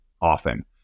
often